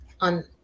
on